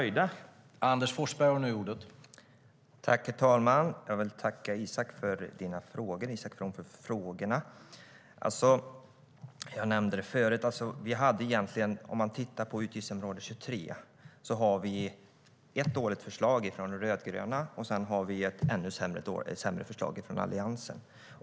Herr talman! Jag vill tacka Isak From för frågorna. På utgiftsområde 23 har vi ett dåligt förslag från de rödgröna och ett ännu sämre förslag från Alliansen.